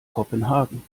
kopenhagen